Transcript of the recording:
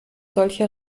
solche